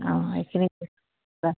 অঁ এইখিনিকে